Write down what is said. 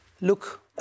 Look